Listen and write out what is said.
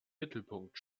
mittelpunkt